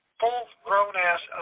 full-grown-ass